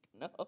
No